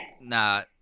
Nah